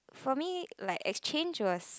for me like exchange was